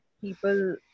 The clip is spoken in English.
people